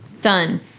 Done